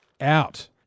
Out